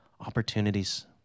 opportunities